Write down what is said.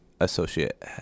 associate